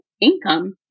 income